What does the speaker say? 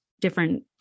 different